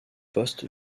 poste